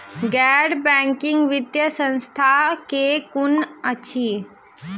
गैर बैंकिंग वित्तीय संस्था केँ कुन अछि?